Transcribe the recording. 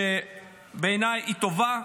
שבעיניי היא טובה,